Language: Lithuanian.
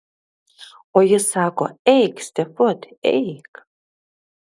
o jis sako eik stefut eik